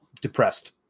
depressed